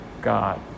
God